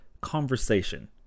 conversation